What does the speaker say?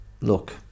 look